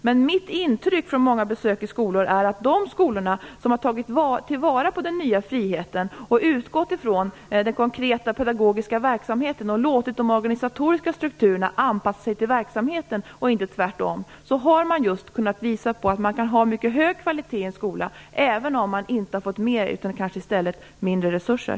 Men mitt intryck från mina många besök i skolor är att de skolor som har tagit vara på den nya friheten och utgått från den konkreta pedagogiska verksamheten, låtit de organisatoriska strukturerna anpassas till verksamheten och inte tvärtom, har kunnat ha en mycket hög kvalitet, även om de inte fått mer utan kanske i stället mindre resurser.